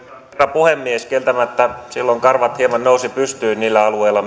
puhemies kieltämättä silloin karvat hieman nousivat pystyyn niillä alueilla